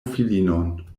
filinon